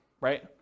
right